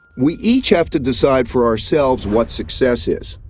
we each have to decide for ourselves what success is.